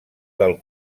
del